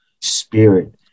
spirit